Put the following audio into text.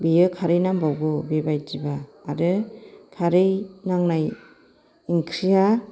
बेयो खारै नांबावगौ बेबायदिबा आरो खारै नांनाय ओंख्रिया